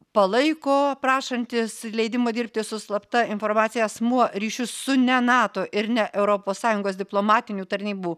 palaiko prašantis leidimo dirbti su slapta informacija asmuo ryšius su ne nato ir ne europos sąjungos diplomatinių tarnybų